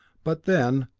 but then,